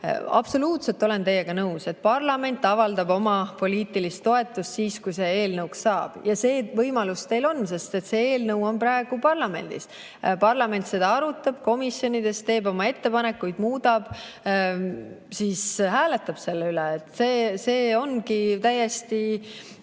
absoluutselt teiega nõus, et parlament avaldab oma poliitilist toetust siis, kui see eelnõuks saab. See võimalus teil on, sest see eelnõu on praegu parlamendis. Parlament arutab seda komisjonides, teeb oma ettepanekuid ja muudab seda, siis hääletab selle üle. See võimalus täiesti